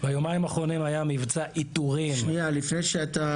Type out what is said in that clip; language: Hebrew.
ביומיים האחרונים היה מבצע איתורים --- תן